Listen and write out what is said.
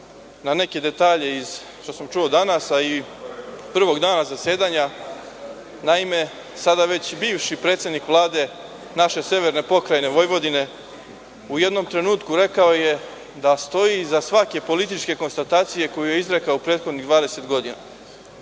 na neke detalje što sam danas čuo, a i prvog dana zasedanja. Naime sada već bivši predsednik Vlade naše severne Pokrajine Vojvodine u jednom trenutku je rekao da stoji iza svake političke konstatacije koju je izrekao u prethodnih 20 godina. Sa